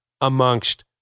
amongst